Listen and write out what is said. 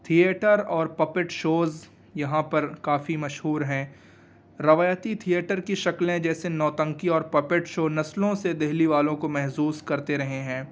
theatre اور puppet shows یہاں پر کافی مشہور ہیں روایتی تھئیٹر کی شکلیں جیسے نوٹنکی اور پپیٹ شو نسلوں سے دلی والوں کو محظوظ کرتے رہے ہیں